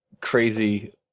crazy